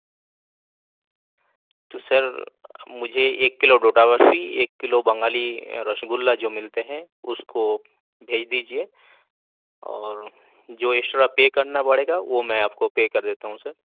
تو سر مجھے ایک کلو ڈوڈا برفی ایک کلو بنگالی رسگلہ جو ملتے ہیں اس کو بھیج دیجیے اور جو اسسٹرا پے کرنا پڑے گا وہ میں آپ کو پے کر دیتا ہوں سر